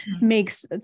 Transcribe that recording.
makes